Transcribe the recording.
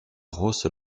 rosse